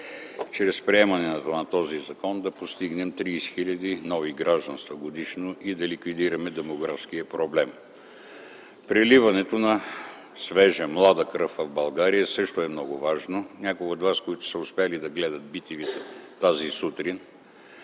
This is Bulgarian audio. чрез приемането на този закон да постигнем 30 хиляди нови гражданства годишно и да ликвидираме демографския проблем. Преливането на свежа, млада кръв в България също е много важно. Някои от вас, които са успели да гледат BTV „Тази сутрин”,